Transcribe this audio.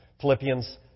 Philippians